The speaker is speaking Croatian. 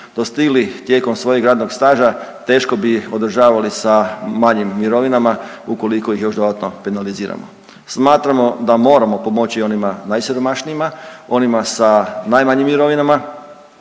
dostigli tijekom svojeg radnog staža teško bi održavali sa manjim mirovinama ukoliko ih još dodatno penaliziramo. Smatramo da moramo pomoći onima najsiromašnijima, onima sa najmanjim mirovinama,